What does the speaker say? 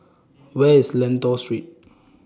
Where IS Lentor Street